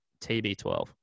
TB12